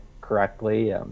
correctly